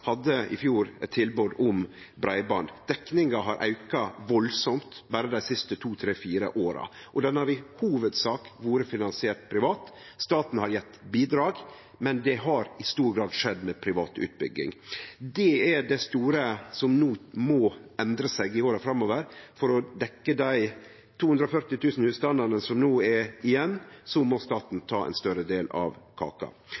hadde i fjor eit tilbod om breiband. Dekninga har auka voldsomt berre dei siste to-tre-fire åra, og den har i hovudsak vore finansiert privat. Staten har gjeve bidrag, men det har i stor grad skjedd med privat utbygging. Det er det store som no må endre seg i åra framover. For å dekke dei 240 000 husstandane som no er igjen, må staten ta ein større del av kaka.